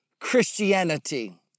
Christianity